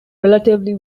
relatively